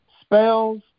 spells